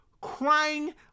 crying